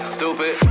Stupid